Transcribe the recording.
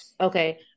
Okay